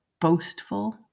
boastful